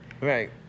Right